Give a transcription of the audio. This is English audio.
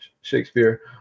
Shakespeare